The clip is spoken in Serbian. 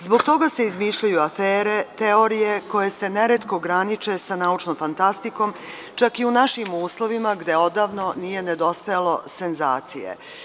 Zbog toga se izmišljaju afere, teorije koje se neretko graniče sa naučnom fantastikom, čak i u našim uslovima gde odavno nije nedostajalo senzacije.